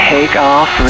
Takeoff